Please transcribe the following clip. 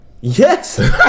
Yes